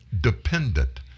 dependent